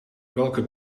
welke